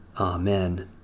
Amen